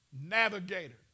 navigator